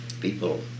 People